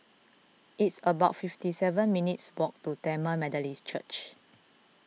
it's about fifty seven minutes' walk to Tamil Methodist Church